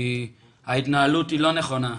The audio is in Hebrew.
ההתנהלות היא לא נכונה.